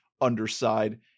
underside